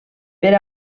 per